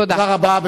תודה רבה.